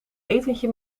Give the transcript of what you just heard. etentje